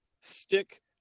stick